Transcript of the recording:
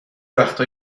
وقتا